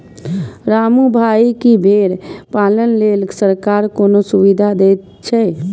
रामू भाइ, की भेड़ पालन लेल सरकार कोनो सुविधा दै छै?